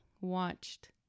watched